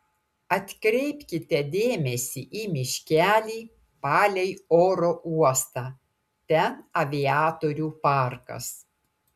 atkreipkite dėmesį į miškelį palei oro uostą ten aviatorių parkas